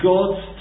God's